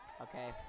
Okay